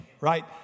right